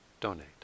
donate